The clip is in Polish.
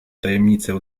tajemnicę